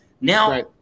Now